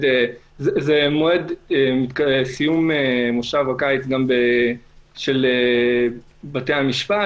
זה מועד סיום מושב הקיץ של בתי המשפט.